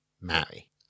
marry